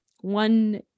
One